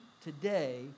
today